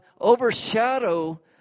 Overshadow